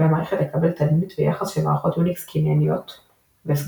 והמערכת תקבל תדמית ויחס של מערכות יוניקס קנייניות ו"סגורות".